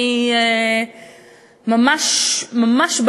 ממש ממש,